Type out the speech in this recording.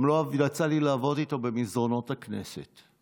גם לא יצא לי לעבוד איתו במסדרונות הכנסת.